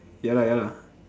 ya lah ya lah